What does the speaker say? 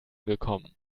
gekommen